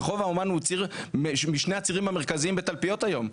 רחוב האומן הוא ציר משני הצירים המרכזיים בתלפיות היום,